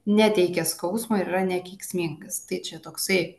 neteikia skausmo yra nekenksmingas tai čia toksai